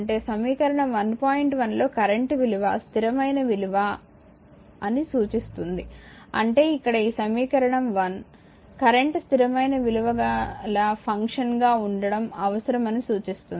1 లో కరెంట్ విలువ స్థిరమైన విలువైన విలువ అని సూచిస్తుంది అంటే ఇక్కడ ఈ సమీకరణం 1 కరెంట్ స్థిరమైన విలువగల ఫంక్షన్ గా ఉండడం అవసరమని సూచిస్తుంది